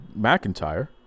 McIntyre